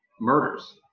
murders